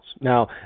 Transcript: Now